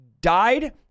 died